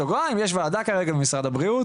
בסוגריים, יש וועדה כרגע במשרד הבריאות